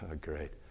Great